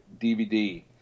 DVD